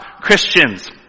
Christians